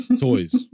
toys